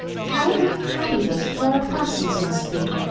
how unhappy those poor opossums must be,